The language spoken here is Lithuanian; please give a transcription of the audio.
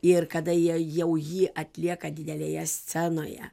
ir kada jie jau jį atlieka didelėje scenoje